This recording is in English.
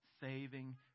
saving